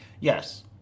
Yes